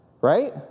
Right